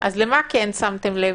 אז למה כן שמתם לב?